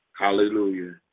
hallelujah